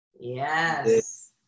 Yes